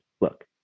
look